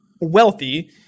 wealthy